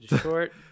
Short